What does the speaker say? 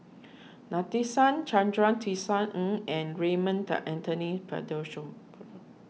Nadasen Chandra Tisa Ng and Raymond Anthony